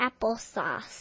applesauce